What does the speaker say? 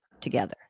together